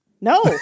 No